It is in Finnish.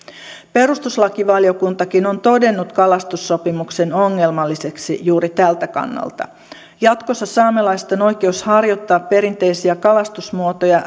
perustuslakivaliokuntakin on todennut kalastussopimuksen ongelmalliseksi juuri tältä kannalta jatkossa saamelaisten oikeus harjoittaa perinteisiä kalastusmuotoja